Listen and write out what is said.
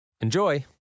Enjoy